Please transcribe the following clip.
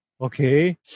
Okay